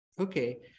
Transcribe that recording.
Okay